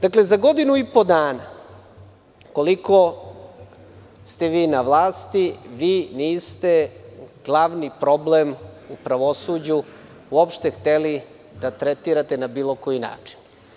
Dakle, za godinu i po dana koliko ste vi na vlasti, vi niste glavni problem u pravosuđu uopšte hteli da tretirate na bilo koji način.